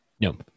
No